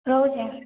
ରହୁଛି